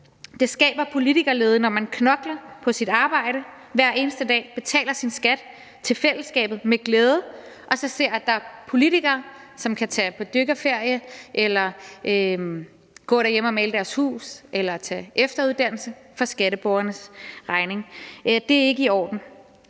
Det skaber politikerlede, når man knokler på sit arbejde hver eneste dag, betaler sin skat til fællesskabet med glæde og så ser, at der er politikere, som kan tage på dykkerferie eller gå derhjemme og male deres hus eller tage efteruddannelse på skatteborgernes regning. Det er ikke i orden.